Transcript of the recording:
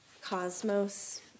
cosmos